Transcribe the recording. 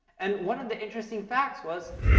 and one of the interesting facts was,